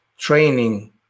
training